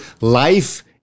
life